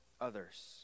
others